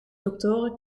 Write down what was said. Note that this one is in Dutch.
doctoren